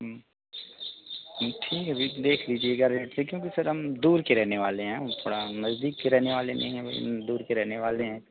ठीक है भाई देख लीजिएगा रेट क्योंकि अभी सर हम दूर के रहने वाले हैं वह थोड़ा नज़दीक के रहने वाले नहीं हैं हम दूर के रहने वाले हैं